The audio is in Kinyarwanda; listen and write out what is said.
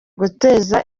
gutera